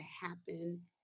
happen